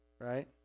Right